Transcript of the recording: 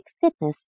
fitness